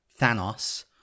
Thanos